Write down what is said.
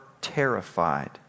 terrified